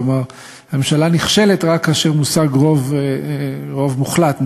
כלומר ממשלה נכשלת רק כאשר מושג רוב מוחלט נגדה.